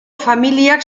familiak